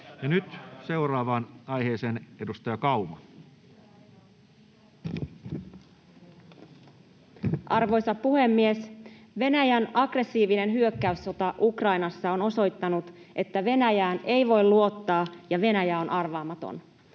(Pia Kauma kok) Time: 16:30 Content: Arvoisa puhemies! Venäjän aggressiivinen hyökkäyssota Ukrainassa on osoittanut, että Venäjään ei voi luottaa ja Venäjä on arvaamaton.